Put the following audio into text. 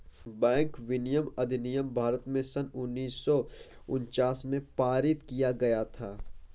bank विनियमन अधिनियम भारत में सन उन्नीस सौ उनचास में पारित किया गया था